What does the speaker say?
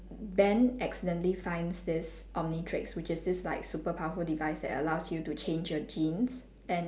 ben accidentally finds this omnitrix which is this like super powerful device that allows you to change your genes and